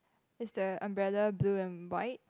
is the umbrella blue and white